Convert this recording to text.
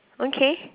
okay